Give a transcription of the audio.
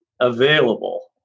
available